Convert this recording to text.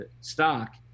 stock